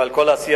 ועל כל עשייתך,